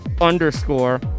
Underscore